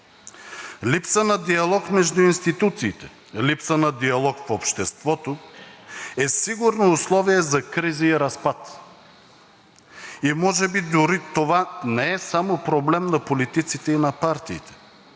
Липса на диалог между институциите, липса на диалог в обществото е сигурно условие за кризи и разпад и може би дори това не е само проблем на политиците и на партиите.